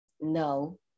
no